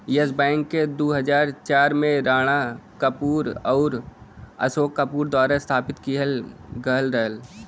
yes Bank के दू हज़ार चार में राणा कपूर आउर अशोक कपूर द्वारा स्थापित किहल गयल रहल